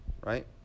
right